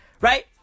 right